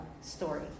story